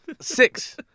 six